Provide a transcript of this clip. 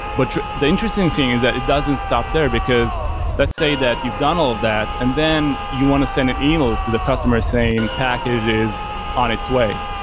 but the interesting thing is that it doesn't stop there, because let's say that you've done all of that and then you want to send an email to the customer saying package is on its way.